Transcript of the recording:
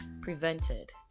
prevented